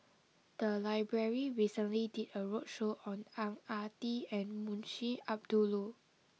the library recently did a roadshow on Ang Ah Tee and Munshi Abdullah